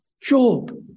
Job